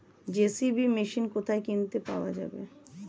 JCB machine কোথায় কিনতে পাওয়া যাবে?